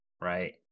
right